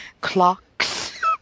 clocks